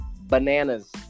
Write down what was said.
Bananas